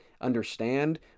understand